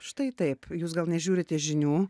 štai taip jūs gal nežiūrite žinių